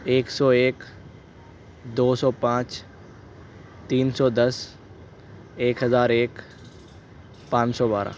ایک سو ایک دو سو پانچ تین سو دس ایک ہزار ایک پانچ سو بارہ